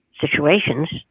situations